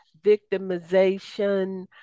victimization